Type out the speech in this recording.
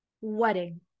wedding